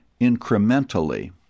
incrementally